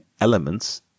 elements